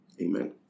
Amen